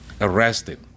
arrested